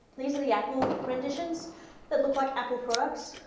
these are the apple renditions that look like apple products,